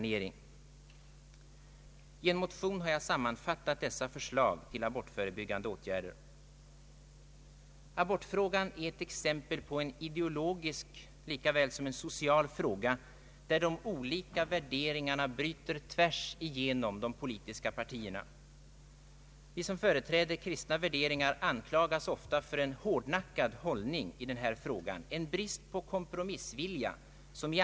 Fröken Mattson sade att ingen har satt sig ner och studerat problemet. Ja, det är verkligen en lindrig överdrift! Den som t.ex. följt det arbete som Ekumeniska nämnden och dess sociala utskott har bedrivit i denna fråga vet att det är en överdrift.